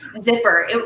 zipper